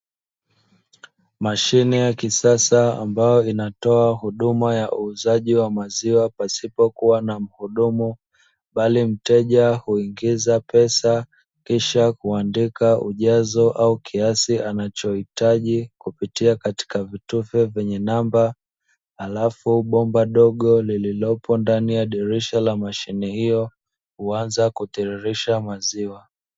Mashine ya kisasa ambayo inatoa huduma ya uuzaji wa maziwa pasipo kuwa na mfumo, bali mteja huongeza pesa kisha kuandika ujazo au kiasi anachohitaji kupitia katika vitufe vyenye namba, alafu bomba dogo lililopo ndani ya dirisha la mashine hiyo, huanza kutiririsha maziwa.